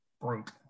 broke